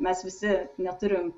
mes visi neturim